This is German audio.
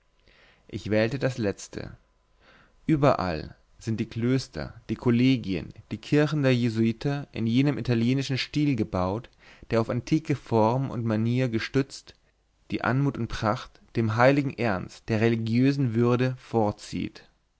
ich wählte das letzte überall sind die klöster die kollegien die kirchen der jesuiten in jenem italienischen stil gebaut der auf antike form und manier gestützt die anmut und pracht dem heiligen ernst der religiösen würde vorzieht